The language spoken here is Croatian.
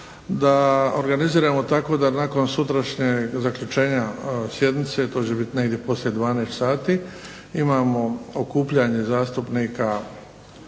da organiziramo tako da nakon sutrašnjeg zaključenja sjednice, to će biti negdje poslije 12 sati imamo okupljanje zastupnika